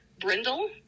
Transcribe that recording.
brindle